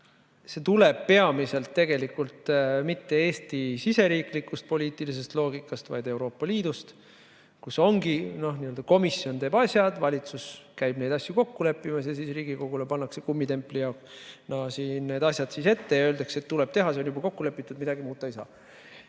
See tuleb peamiselt tegelikult mitte Eesti siseriiklikust poliitilisest loogikast, vaid Euroopa Liidust, kus ongi nii, et komisjon teeb asju, valitsus käib neid asju kokku leppimas ja siis Riigikogule kummitemplina pannakse need asjad ette ja öeldakse, et tuleb teha, see on juba kokku lepitud, midagi muuta ei saa.